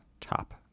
top